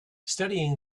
studying